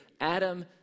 Adam